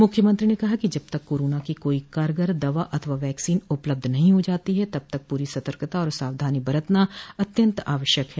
मुख्यमंत्री ने कहा कि जब तक कोरोना की कोई कारगर दवा अथवा वैक्सीन उपलब्ध नहीं हो जाती है तब तक पूरी सतर्कता और सावधानी बरतना अत्यंत आवश्यक है